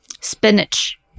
spinach